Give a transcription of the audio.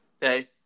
Hey